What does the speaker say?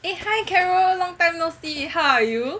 eh hi Carol long time no see how are you